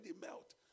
melt